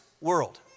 world